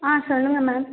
ஆ சொல்லுங்கள் மேம்